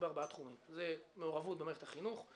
בארבעה תחומים: מעורבות במערכת החינוך,